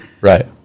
Right